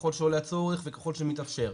ככל שעולה הצורך, וככל שמתאפשר.